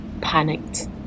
panicked